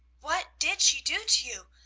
what did she do to you?